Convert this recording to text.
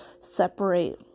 separate